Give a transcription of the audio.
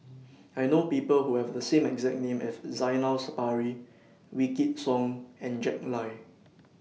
I know People Who Have The same exact name as Zainal Sapari Wykidd Song and Jack Lai